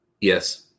yes